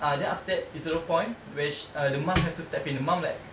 ah then after that into the point where sh~ uh where the mum have to step in the mum like